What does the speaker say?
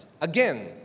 Again